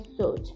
search